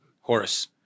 Horace